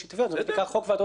זה מכוח חוק ועדות קבלה.